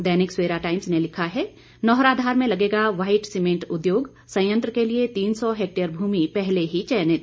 दैनिक Savera Times ने लिखा है नौहराधार में लगेगा व्हाइट सीमेंट उद्योग संयंत्र के लिए तीन सौ हेक्टेयर भूमि पहले ही चयनित